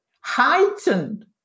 heightened